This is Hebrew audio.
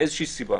מאיזושהי סיבה,